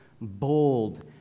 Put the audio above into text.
bold